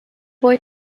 boy